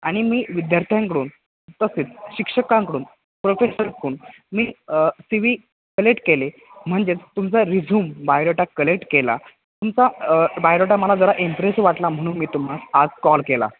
आणि मी विद्यार्थ्यांकडून तसेच शिक्षकांकडून प्रोफेसर्सकडून मी सी वी कलेक्ट केले म्हणजेच तुमचा रिझ्यूम बायोडोटा कलेक्ट केला तुमचा बायोडोटा मला जरा इम्प्रेस वाटला म्हणून मी तुम्हास आज कॉल केला